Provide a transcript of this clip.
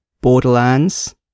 Borderlands